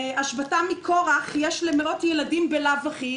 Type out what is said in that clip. השבתה מכורח יש למנות ילדים בלאו הכי,